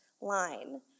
line